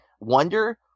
wonder